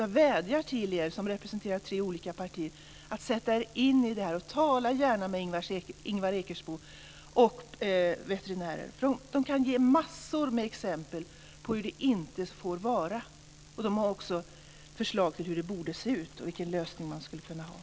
Jag vädjar till er som representerar tre olika partier att sätta er in i detta och gärna tala med Ingvar Ekesbo och andra veterinärer. De kan ge massor med exempel på hur det inte får vara. De har också förslag till hur det hela borde se ut och andra olika lösningar.